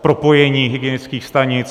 Propojení hygienických stanic.